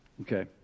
okay